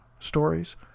stories